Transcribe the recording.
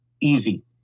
easy